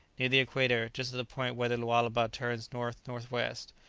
near the equator, just at the point where the lualaba turns north-north-west,